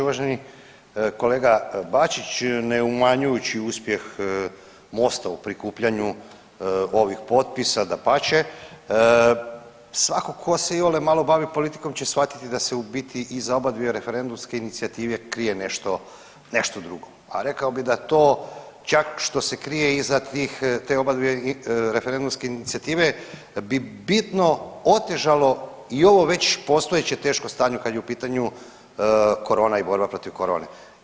Uvaženi kolega Bačić ne umanjujući uspjeh MOST-a u prikupljanju ovih potpisa, dapače svatko tko se iole malo bavi politikom će shvatiti da se u biti iza obadvije referendumske inicijative krije nešto drugo, a rekao bih da to čak što se krije iza tih, te obadvije referendumske inicijative bi bitno otežalo i ovo već postojeće teško stanje kada je u pitanju korona i borba protiv korone.